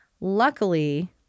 Luckily